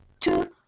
two